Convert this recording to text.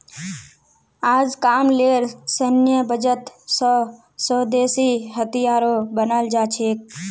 अजकामलेर सैन्य बजट स स्वदेशी हथियारो बनाल जा छेक